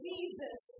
Jesus